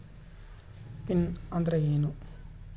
Pin ಅಂದ್ರೆ ಏನ್ರಿ?